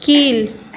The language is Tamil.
கீழ்